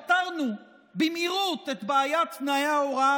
פתרנו במהירות את בעיות תנאי ההוראה